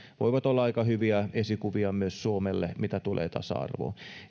voivat olla aika hyviä esikuvia myös suomelle mitä tulee tasa arvoon